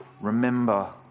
Remember